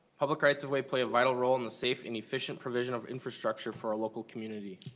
public rights of way play vital role in the safe and efficient provision of infrastructure for ah local communities.